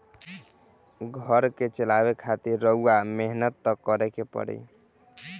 घर के चलावे खातिर रउआ मेहनत त करें के ही पड़ी